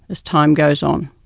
as time goes on.